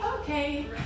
okay